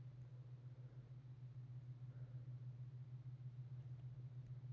stock exchange stock ಬ್ರೋಕರ್ಗಳಿಗಿ company ಷೇರಗಳನ್ನ ಮತ್ತ ಸೆಕ್ಯುರಿಟಿಗಳನ್ನ ವ್ಯಾಪಾರ ಮಾಡಾಕ ಅನುಕೂಲ ಮಾಡ್ತಾವ